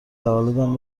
تولدم